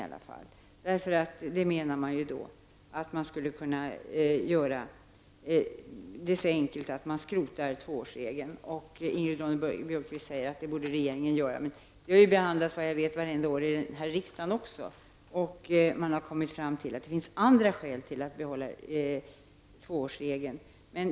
Man menar att allt skulle vara så enkelt som att skrota den. Ingrid Ronne-Björkqvist säger att det borde regeringen göra. Frågan har ju, såvitt jag vet behandlats, vartenda år i riksdagen, och man har kommit fram till att det finns andra skäl att behålla tvåårsregeln.